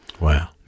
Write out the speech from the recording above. Wow